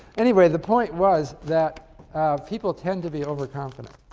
anyway, the point was that people tend to be overconfident.